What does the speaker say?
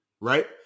right